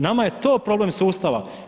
Nama je to problem sustava.